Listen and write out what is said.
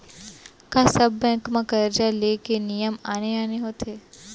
का सब बैंक म करजा ले के नियम आने आने होथे?